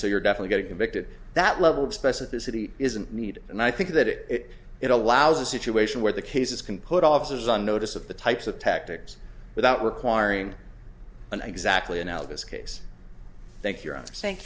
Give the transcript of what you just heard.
so you're definitely convicted that level of specificity isn't needed and i think that it it allows a situation where the cases can put officers on notice of the types of tactics without requiring an exactly analogous case thank you ron thank